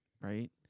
right